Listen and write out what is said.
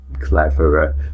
cleverer